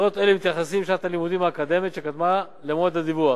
דוחות אלה מתייחסים לשנת הלימודים האקדמית שקדמה למועד הדיווח,